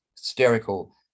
hysterical